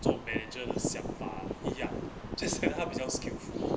做 manager 的想法一样 just that 他比较 skillful